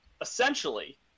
Essentially